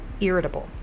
irritable